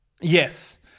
Yes